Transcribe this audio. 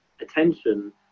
attention